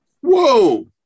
Whoa